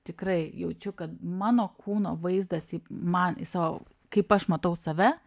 tikrai jaučiu kad mano kūno vaizdas į man į savo kaip aš matau save